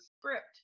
script